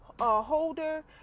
Holder